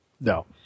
no